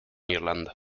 irlanda